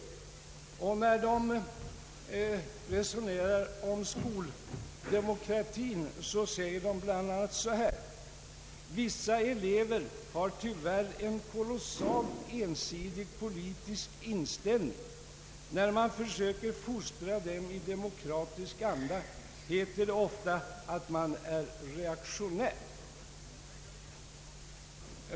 När dessa lärare resonerar om skoldemokratin säger de bland annat: Vissa elever har tyvärr en kolossalt ensidig politisk inställning. När man försöker fostra dem i demokratisk anda heter det ofta att man är reaktionär.